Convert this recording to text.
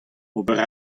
ober